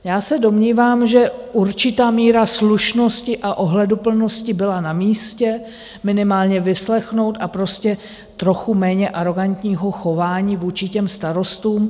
Já se domnívám, že určitá míra slušnosti a ohleduplnosti byla namístě, minimálně vyslechnout, a prostě trochu méně arogantního chování vůči těm starostům.